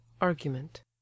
argument